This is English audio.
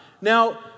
Now